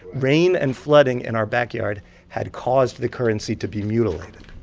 rain and flooding in our backyard had caused the currency to be mutilated.